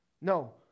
No